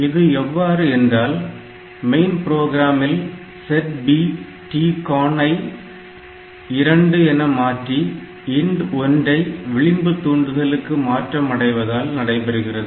இது எவ்வாறு என்றால் மெயின் ப்ரோக்ராமில் set B TCON ஐ 2 என மாற்றி INT1 ஐ விளிம்பு தூண்டுதலுக்கு மாற்றம் அடைவதால் நடைபெறுகிறது